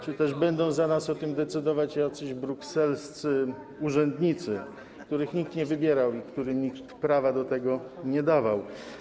czy też będą za nas o tym decydować jacyś brukselscy urzędnicy, których nikt nie wybierał i którym nikt nie dawał do tego prawa.